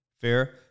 Fair